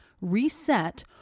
reset